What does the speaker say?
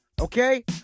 okay